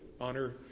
Honor